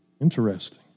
Interesting